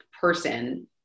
person